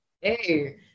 Hey